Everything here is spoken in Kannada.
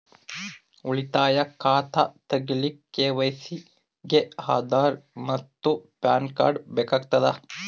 ಉಳಿತಾಯ ಖಾತಾ ತಗಿಲಿಕ್ಕ ಕೆ.ವೈ.ಸಿ ಗೆ ಆಧಾರ್ ಮತ್ತು ಪ್ಯಾನ್ ಕಾರ್ಡ್ ಬೇಕಾಗತದ